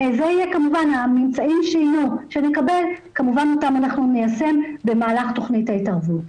והממצאים שנקבל כמובן אותם אנחנו ניישם במהלך תכנית ההתערבות.